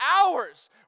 hours